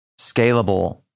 scalable